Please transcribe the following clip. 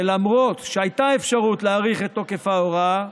ולמרות שהייתה אפשרות להאריך את תוקף ההוראה,